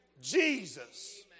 Jesus